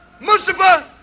Mustafa